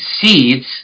seeds